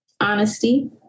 honesty